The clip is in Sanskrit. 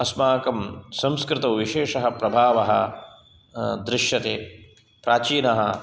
अस्माकं संस्कृतौ विशेषः प्रभावः दृश्यते प्राचीनः